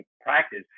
practice